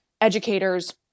educators